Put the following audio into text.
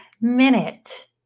minute